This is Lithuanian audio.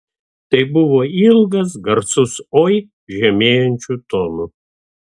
tai buvo ilgas garsus oi žemėjančiu tonu